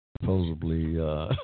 supposedly